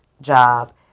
job